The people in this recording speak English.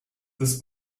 this